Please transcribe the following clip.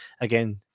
again